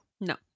No